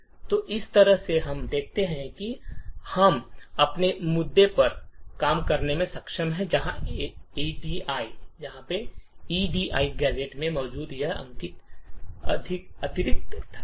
तो इस तरह से हम देखते हैं कि हम अपने मुद्दे पर काम करने में सक्षम हैं जहाँ ऐड गैजेट में मौजूद यह अतिरिक्त धक्का है